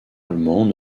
allemands